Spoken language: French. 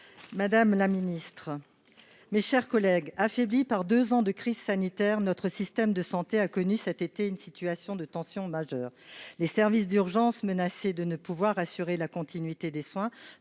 madame la Ministre, mes chers collègues, affaibli par 2 ans de crise sanitaire notre système de santé a connu cet été une situation de tension majeure: les services d'urgence menacés de ne pouvoir assurer la continuité des soins